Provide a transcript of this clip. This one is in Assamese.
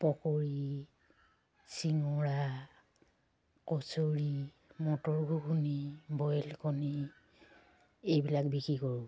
পকৰি চিঙৰা কচৰি মটৰ ঘুগুনি বইল কণী এইবিলাক বিক্ৰী কৰোঁ